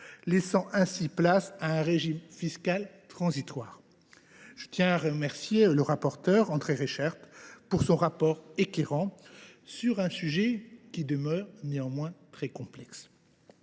laissant place à un régime fiscal transitoire. Je tiens à remercier le rapporteur André Reichardt pour ses travaux éclairants sur ce sujet au demeurant très complexe.